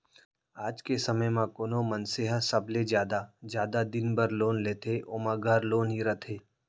आज के समे म कोनो मनसे ह सबले जादा जादा दिन बर लोन लेथे ओमा घर लोन ही रथे